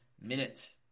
minute